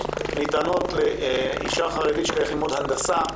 ניתנים לאישה חרדית שהולכת ללמוד הנדסה,